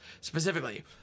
specifically